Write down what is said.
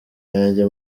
yanjye